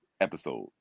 episode